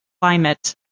climate